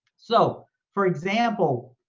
so for example,